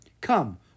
Come